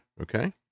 Okay